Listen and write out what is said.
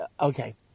Okay